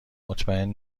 مطمئن